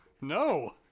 No